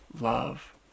love